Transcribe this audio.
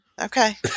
Okay